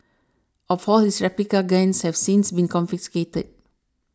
all for his replica guns have since been confiscated